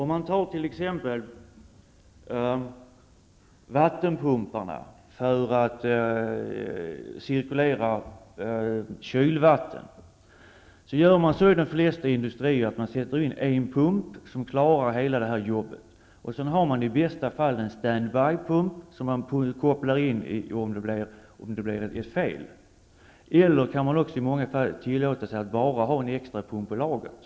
Jag tar vattenpumpar som cirkulerar kylvatten som exempel. I de flesta industrier sätter man in en pump som klarar hela jobbet. I bästa fall har man en stand by-pump som kopplas in om det blir fel. I många fall kan man tillåta sig att bara ha en extra pump i lagret.